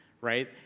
right